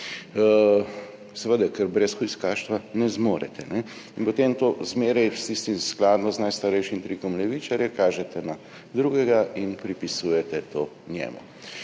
seveda, ker brez hujskaštva ne zmorete, in potem zmeraj skladno z najstarejšim trikom levičarja kažete na drugega in pripisujete to njemu.